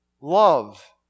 love